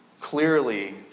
Clearly